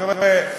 תראה,